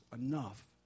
enough